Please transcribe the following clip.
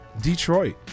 Detroit